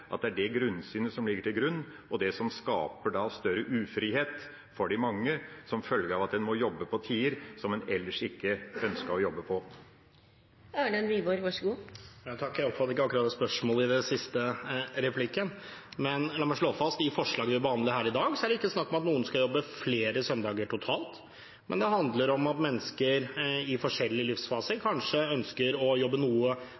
at det er det grunnsynet som ligger til grunn, og det som skaper større ufrihet for de mange som følge av at de må jobbe til tider som en ellers ikke ønsker å jobbe. Jeg oppfattet ikke akkurat spørsmålet i den siste replikken. Men la meg slå fast at når det gjelder de forslagene vi behandler her i dag, er det ikke snakk om at noen skal jobbe flere søndager totalt, men det handler om at mennesker i forskjellige livsfaser kanskje ønsker å jobbe